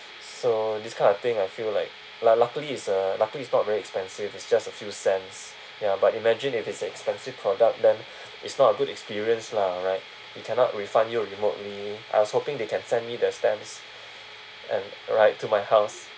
so this kind of thing I feel like lu~ luckily it's a luckily it's not very expensive it's just a few cents ya but imagine if it's expensive product then it's not a good experience lah right it cannot refund you remotely I was hoping they can send me the stamps and right to my house